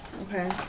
Okay